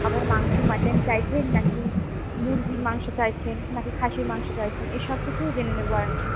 আপনার মাংস মাটন চাইছেন নাকি মুরগির মাংস চাইছেন নাকি খাসির মাংস চাইছেন এ সব কিছুও জেনে নেব আর কি